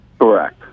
Correct